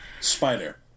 Spider